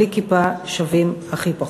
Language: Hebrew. בלי כיפה שווים הכי פחות.